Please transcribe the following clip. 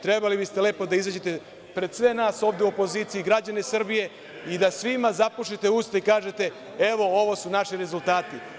Trebali biste lepo da izađete pred sve nas ovde u opoziciji, građane Srbije i da svima zapušite usta i kažete – evo, ovo su naši rezultati.